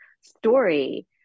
story